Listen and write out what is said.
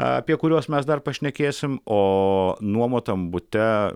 apie kuriuos mes dar pašnekėsim o nuomotam bute